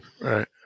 Right